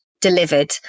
delivered